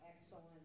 excellent